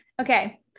okay